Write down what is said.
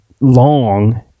long